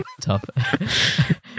Tough